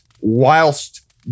whilst